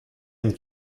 une